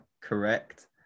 correct